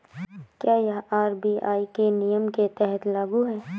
क्या यह आर.बी.आई के नियम के तहत लागू है?